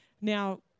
Now